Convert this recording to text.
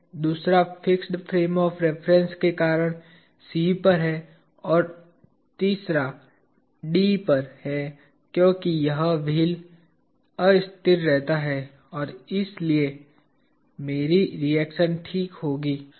दूसरा fixed frame of reference के कारण C पर है और दूसरा D पर है क्योंकि यह व्हील अस्थिर रहता है और इसलिए मेरी रिएक्शन ठीक होगी